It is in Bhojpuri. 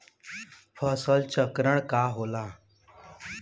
फसल चक्रण का होला?